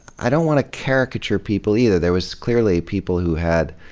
i don't want to caricature people, either. there was clearly people who had,